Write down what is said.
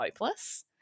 hopeless